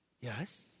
Yes